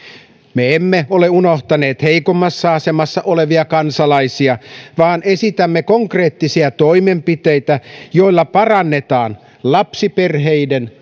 me emme ole unohtaneet heikommassa asemassa olevia kansalaisia vaan esitämme konkreettisia toimenpiteitä joilla parannetaan lapsiperheiden